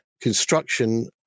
construction